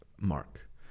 Mark